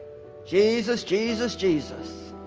jesus jesus jesus